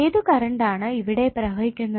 ഏതു കറണ്ട് ആണ് ഇവിടെ പ്രവഹിക്കുന്നത്